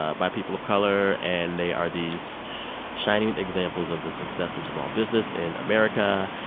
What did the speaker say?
ah by people of color. and they are these shining examples of the success of small business in america.